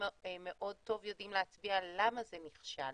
מאוד טוב יודעים להצביע למה זה נכשל.